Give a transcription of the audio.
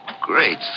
Great